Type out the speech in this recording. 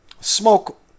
smoke